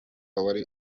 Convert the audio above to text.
wari